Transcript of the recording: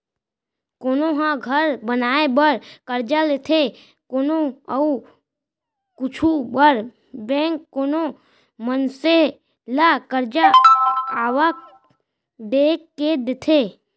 कोनो ह घर बनाए बर करजा लेथे कोनो अउ कुछु बर बेंक कोनो मनसे ल करजा आवक देख के देथे